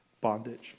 bondage